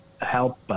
help